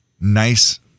nice